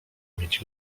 mieć